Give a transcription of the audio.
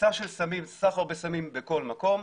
היצע של סמים, סחר בסמים בכול מקום,